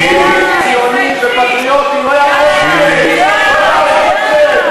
זוהיר, מה המקור לניב הזה?